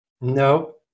No